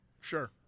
Sure